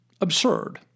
absurd